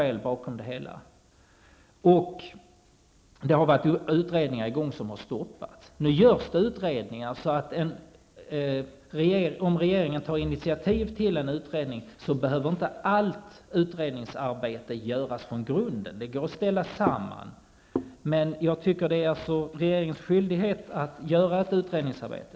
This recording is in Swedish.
Eller finns det andra skäl bakom det hela? Utredningar som påbörjats har stoppats. Nu pågår det också utredningar, varför regeringen, om den tar initiativ till ytterligare en utredning, inte behöver låta den utredningen göra allt från grunden. Det går att sammanställa resultat som redan föreligger. Men det är enligt min mening ändå regeringens skyldighet att göra ett utredningsarbete.